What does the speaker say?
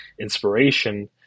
inspiration